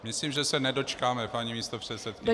Myslím, že se nedočkáme, paní místopředsedkyně.